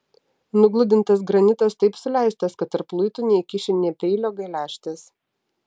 nugludintas granitas taip suleistas kad tarp luitų neįkiši nė peilio geležtės